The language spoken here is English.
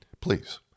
please